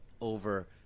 over